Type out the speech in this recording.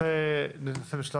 תנאי הסף